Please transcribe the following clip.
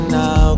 now